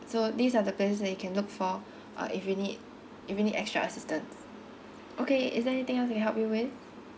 so these are the places that you can look for uh if you need if you need extra assistance okay is there anything else I can help you with